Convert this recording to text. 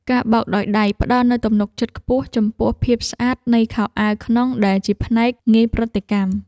ការបោកដោយដៃផ្តល់នូវទំនុកចិត្តខ្ពស់ ចំពោះភាពស្អាតនៃខោអាវក្នុងដែលជាផ្នែកងាយប្រតិកម្ម។